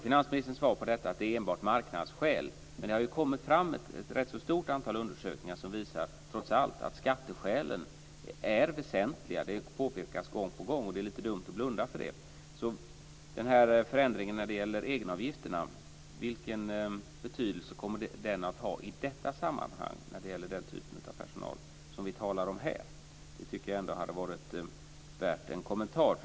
Finansministerns svar på detta är att det enbart är marknadsskäl till detta, men det har kommit fram ett rätt stort antal undersökningar som visar att skatteskälen trots allt är väsentliga. Det påpekas gång på gång, och det är lite dumt att blunda för det. Vilken betydelse kommer förändringen när det gäller egenavgifterna att ha i detta sammanhang, när det gäller den typ av personal som vi talar om här? Det hade varit värt en kommentar.